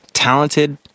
talented